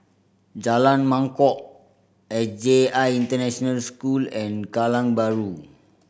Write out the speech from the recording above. Jalan Mangkok S J I International School and Kallang Bahru